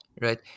right